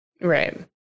Right